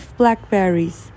blackberries